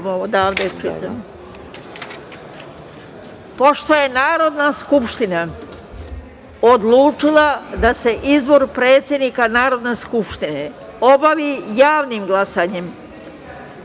je Narodna skupština odlučila da se izbor potpredsednika Narodne skupštine obavi javnim glasanjem,